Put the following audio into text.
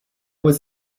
was